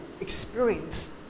experience